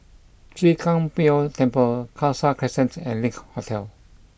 Chwee Kang Beo Temple Khalsa Crescent and Link Hotel